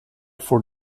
for